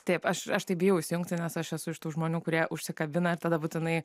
taip aš aš taip bijau įsijungti nes aš esu iš tų žmonių kurie užsikabina ir tada būtinai